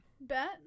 Bet